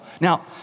Now